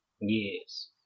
yes